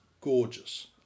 gorgeous